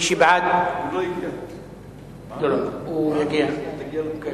מי שבעד, הוא בעד ועדה.